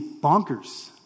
bonkers